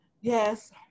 Yes